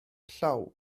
llaw